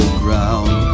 ground